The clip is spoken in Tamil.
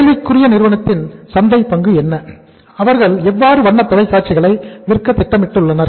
கேள்விக்குறிய நிறுவனத்தின் சந்தை பங்கு என்ன அவர்கள் எவ்வளவு வண்ண தொலைக்காட்சிகளை விற்க திட்டமிட்டுள்ளனர்